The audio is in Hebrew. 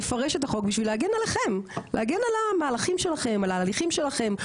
מפרש את החוק בשביל להגן עליכם ולהגן על המהלכים שלכם על ההליכים שלכם,